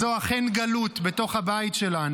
זו אינה מדינה נוטשת.